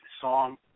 song